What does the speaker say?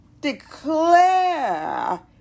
declare